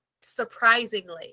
surprisingly